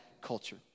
culture